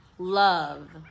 Love